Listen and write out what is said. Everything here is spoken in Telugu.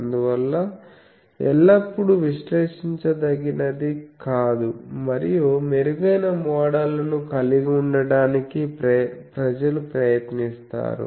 అందువల్ల ఎల్లప్పుడూ విశ్లేషించదగినది కాదు మరియు మెరుగైన మోడళ్లను కలిగి ఉండటానికి ప్రజలు ప్రయత్నిస్తారు